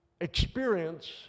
experience